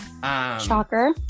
Shocker